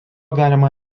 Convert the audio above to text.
galima